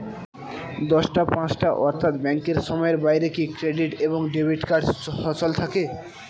দশটা পাঁচটা অর্থ্যাত ব্যাংকের সময়ের বাইরে কি ক্রেডিট এবং ডেবিট কার্ড সচল থাকে?